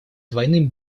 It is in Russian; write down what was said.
двойным